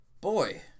Boy